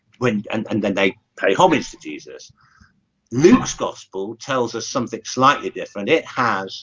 wind and and then they pay homage to jesus luke's gospel tells us something slightly different it has